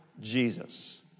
Jesus